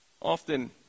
Often